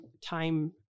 time